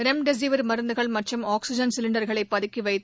remdesivir மருந்துகள் மற்றும் oxygen சிலிண்டர்களை பதுக்கி வைத்து